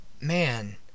Man